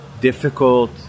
difficult